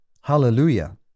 Hallelujah